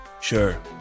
sure